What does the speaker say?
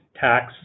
tax